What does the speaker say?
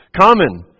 common